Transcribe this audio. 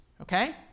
Okay